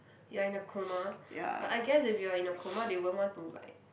you are in a coma but I guess if you are in a coma they won't want to like